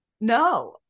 No